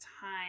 time